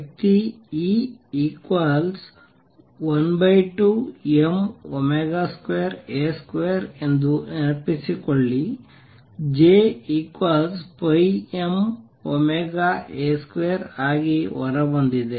ಶಕ್ತಿ E 12m2A2 ಎಂದು ನೆನಪಿಸಿಕೊಳ್ಳಿ J πmωA2 ಆಗಿ ಹೊರಬಂದಿದೆ